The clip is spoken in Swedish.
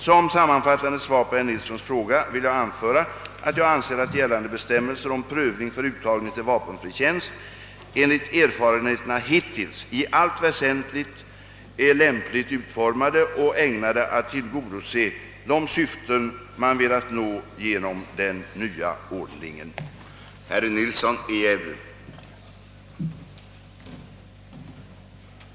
Som sammanfattande svar på herr Nilssons fråga vill jag anföra att jag anser att gällande bestämmelser om prövning för uttagning till vapenfri tjänst, enligt erfarenheterna hittills, i allt väsentligt är lämpligt utformade och ägnade att tillgodose de syften man velat nå genom den nya ordningen. Herr talman! Jag ber att få tacka försvarsministern för svaret på min interpellation.